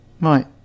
Right